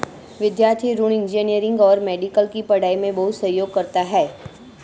विद्यार्थी ऋण इंजीनियरिंग और मेडिकल की पढ़ाई में बहुत सहयोग करता है